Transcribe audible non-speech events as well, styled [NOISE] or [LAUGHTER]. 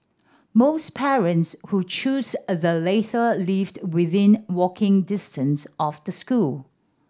most parents who choose the [UNINTELLIGIBLE] lived within walking distance of the school